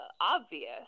obvious